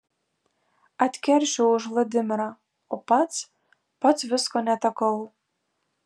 atkeršijau už vladimirą o pats pats visko netekau